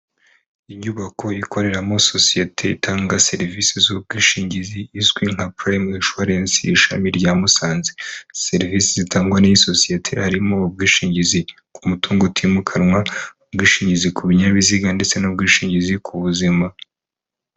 Inyubako ikoreramo sosiyete itanga serivisi z'ubwishingizi izwi nka Prime insurance ishami rya Musanze, serivisi zitangwa n'iyi sosiyete harimo ubwishingizi ku mutungo utimukanwa ,ubwishingizi ku binyabiziga ndetse n'ubwishingizi ku buzima.